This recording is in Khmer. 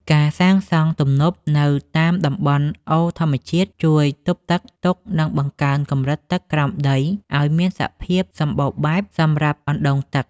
ការសាងសង់ទំនប់នៅតាមតំបន់អូរធម្មជាតិជួយទប់ទឹកទុក និងបង្កើនកម្រិតទឹកក្រោមដីឱ្យមានសភាពសម្បូរបែបសម្រាប់អណ្តូងទឹក។